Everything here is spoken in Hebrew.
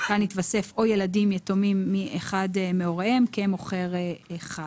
כאן התווסף "או ילדים יתומים מאחד מהוריהם כמוכר אחד".